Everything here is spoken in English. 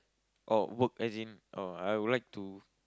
oh work as in oh I would like to